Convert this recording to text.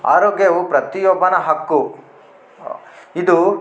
ಆರೋಗ್ಯವು ಪ್ರತಿಯೊಬ್ಬನ ಹಕ್ಕು ಇದು